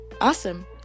Awesome